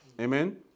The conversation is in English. Amen